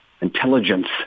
intelligence